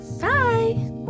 Bye